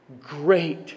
great